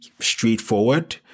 straightforward